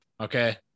okay